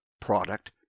product